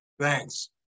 Thanks